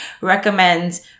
recommend